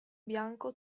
bianco